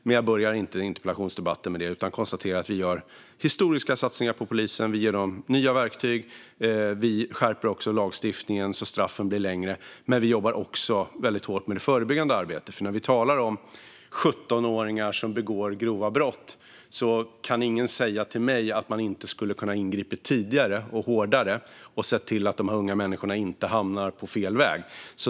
Men jag börjar inte med det i en interpellationsdebatt utan konstaterar att vi gör historiska satsningar på polisen och ger den nya verktyg. Vi skärper lagstiftningen så att straffen blir längre. Vi jobbar också hårt med det förebyggande arbetet, för när vi talar om 17-åringar som begår grova brott kan ingen säga till mig att man inte skulle ha kunnat ingripa tidigare och hårdare för att se till att de här unga människorna inte hamnar på fel väg.